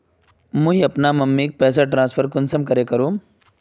मुई अपना मम्मीक पैसा ट्रांसफर कुंसम करे करूम?